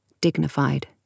dignified